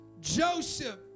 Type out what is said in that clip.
Joseph